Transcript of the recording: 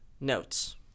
notes